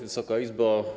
Wysoka Izbo!